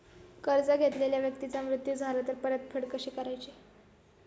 कर्ज घेतलेल्या व्यक्तीचा मृत्यू झाला तर परतफेड कशी करायची?